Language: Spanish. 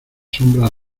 sombras